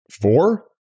four